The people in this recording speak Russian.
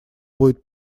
будет